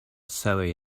surrey